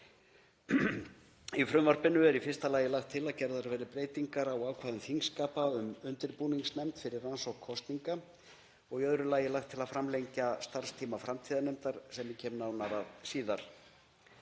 Í frumvarpinu er í fyrsta lagi lagt til að gerðar verði breytingar á ákvæðum þingskapa um undirbúningsnefnd fyrir rannsókn kosninga og í öðru lagi er lagt til að framlengja starfstíma framtíðarnefndar sem ég kem nánar að síðar.